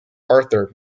arthur